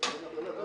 ננעלה